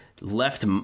left